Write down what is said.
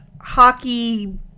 hockey